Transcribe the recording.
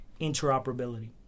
interoperability